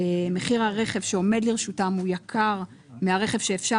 מחיר הרכב שעומד לרשותם הוא יקר מהרכב שאפשר